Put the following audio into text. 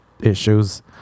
issues